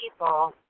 people